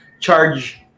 charge